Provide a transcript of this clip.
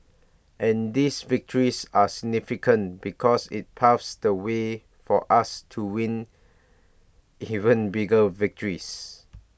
and these victories are significant because IT paves the way for us to win even bigger victories